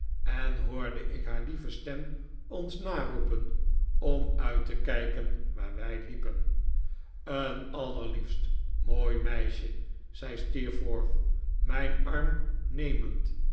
en hoorde ik haar lieve stem ons naroepen om uit te kijken waar wij liepen een allerliefst mooi meisje zei steerforth mijn arm nemend